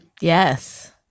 Yes